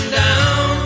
down